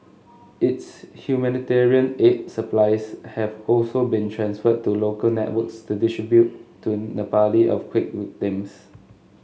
its humanitarian aid supplies have also been transferred to local networks to distribute to Nepali earthquake victims